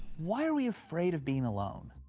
why are we afraid of being alone?